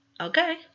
Okay